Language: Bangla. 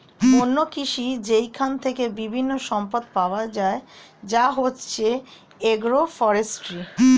বন্য কৃষি যেইখান থেকে বিভিন্ন সম্পদ পাওয়া যায় যা হচ্ছে এগ্রো ফরেষ্ট্রী